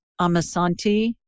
Amasanti